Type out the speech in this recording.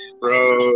bro